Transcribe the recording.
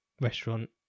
restaurant